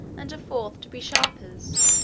and a fourth to be sharpers